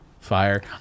Fire